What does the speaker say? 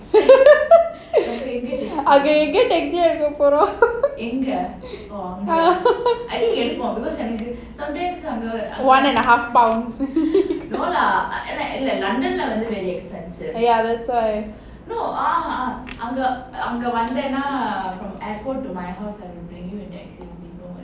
அங்க எங்க:anga enga taxi எடுப்போம்:eduppom one and a half pound ya that's why